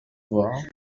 voir